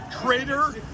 traitor